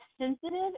sensitive